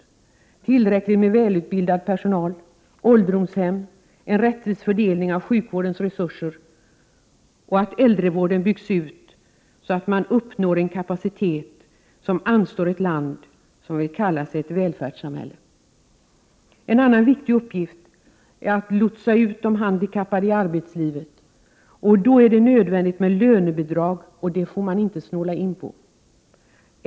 För detta behövs tillräckligt med välutbildad personal, ålderdomshem, en rättvis fördelning av sjukvårdens resurser och utbyggnad av äldrevården så att en kapacitet uppnås som anstår ett land som vill kalla sig ett välfärdssamhälle. En annan viktig upgift är att man lotsar ut de handikappade i arbetslivet. Då är det nödvändigt med lönebidrag, och det får man inte snåla in på.